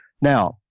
Now